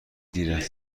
دیره